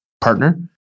partner